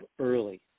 early